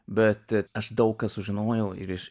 bet aš daug ką sužinojau ir iš